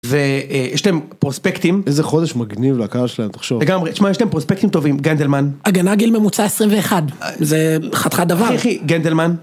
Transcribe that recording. ויש להם פרוספקטים, איזה חודש מגניב לקר שלהם תחשוב, לגמרי, תשמע, וגם יש להם פרוספקטים טובים גנדלמן, הגנה גיל ממוצע 21, זה חתיכת דבר, הכי הכי גנדלמן.